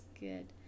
good